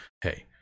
hey